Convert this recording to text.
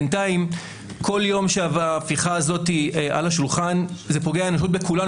בינתיים כל יום שעבר, זה פוגע בכולנו.